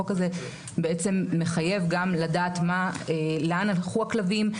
החוק הזה בעצם מחייב גם לדעת לאן הלכו הכלבים,